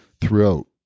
throughout